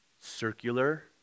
circular